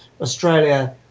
Australia